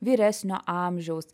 vyresnio amžiaus